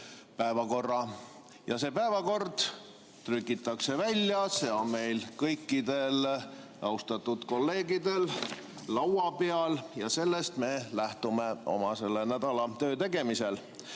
päevakorra. See päevakord trükitakse välja, see on meil kõikidel austatud kolleegidel laua peal ja sellest me lähtume oma selle nädala töö tegemisel.